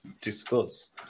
Discuss